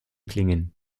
klingen